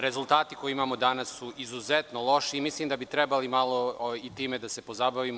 Rezultati koje imamo danas su izuzetno loši i mislim da bi trebalo malo i time da se pozabavimo.